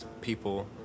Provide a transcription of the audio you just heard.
people